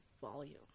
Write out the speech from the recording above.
volume